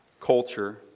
culture